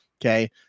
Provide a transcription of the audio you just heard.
Okay